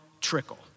trickle